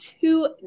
two